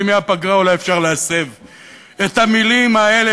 לימי הפגרה אולי אפשר להסב את המילים האלה